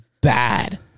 Bad